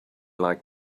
like